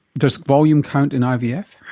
does volume count in ivf?